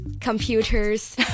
computers